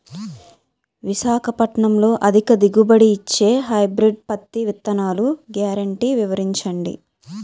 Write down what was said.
విశాఖపట్నంలో అధిక దిగుబడి ఇచ్చే హైబ్రిడ్ పత్తి విత్తనాలు గ్యారంటీ వివరించండి?